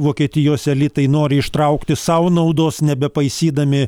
vokietijos elitai nori ištraukti sau naudos nebepaisydami